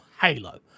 Halo